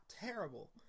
terrible